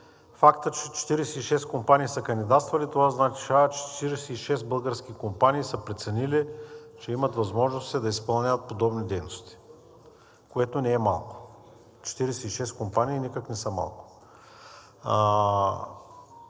Фактът, че 46 компании са кандидатствали, това означава, че 46 български компании са преценили, че имат възможност да изпълняват подобни дейности, което не е малко. 46 компании никак не са малко!